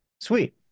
sweet